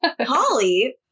Holly